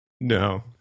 No